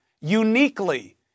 uniquely